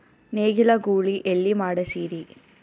ನೇಗಿಲ ಗೂಳಿ ಎಲ್ಲಿ ಮಾಡಸೀರಿ?